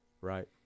right